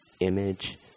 image